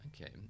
Okay